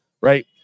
Right